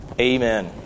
Amen